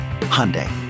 Hyundai